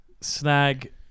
snag